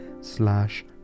slash